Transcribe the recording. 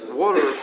water